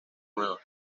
nuevas